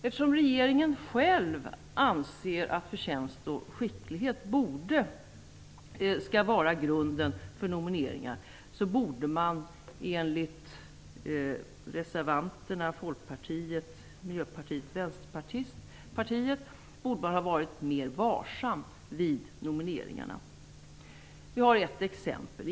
Eftersom regeringen själv anser att förtjänst och skicklighet skall vara grunden för nomineringar borde man enligt reservanterna - Folkpartiet, Miljöpartiet och Vänsterpartiet - ha varit mer varsam vid nomineringarna. Vi har ett exempel.